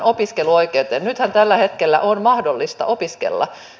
nythän tällä hetkellä on mahdollista opiskella